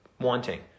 wanting